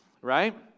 right